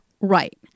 Right